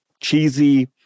cheesy